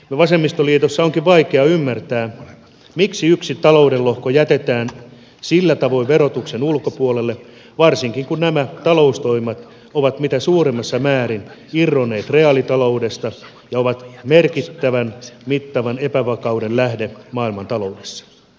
vasemmistoliitossa onkin vaikea ymmärtää miksi yksi talouden lohko jätetään sillä tavoin verotuksen ulkopuolelle varsinkin kun nämä taloustoimet ovat mitä suurimmassa määrin irronneet reaalitaloudesta ja ovat merkittävän mittavan epävakauden lähde maailmantaloudessa